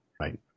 Right